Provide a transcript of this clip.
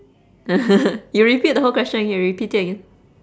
you repeat the whole question again repeat it again